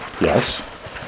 Yes